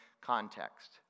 context